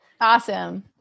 Awesome